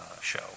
show